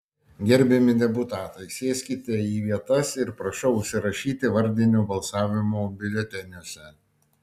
gerbiamieji deputatai sėskite į vietas ir prašau užsirašyti vardinio balsavimo biuleteniuose